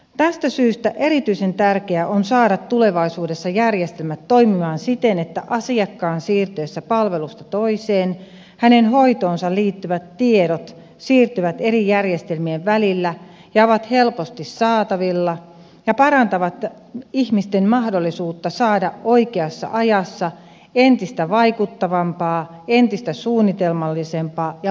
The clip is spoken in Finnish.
tästä syystä erityisen tärkeää on saada tulevaisuudessa järjestelmät toimimaan siten että asiakkaan siirtyessä palvelusta toiseen hänen hoitoonsa liittyvät tiedot siirtyvät eri järjestelmien välillä ja ovat helposti saatavilla ja parantavat ihmisten mahdollisuutta saada oikeassa ajassa entistä vaikuttavampaa entistä suunnitelmallisempaa ja parempaa terveydenhuoltoa